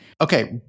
Okay